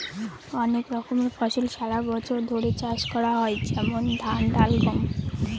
অনেক রকমের ফসল সারা বছর ধরে চাষ করা হয় যেমন ধান, ডাল, গম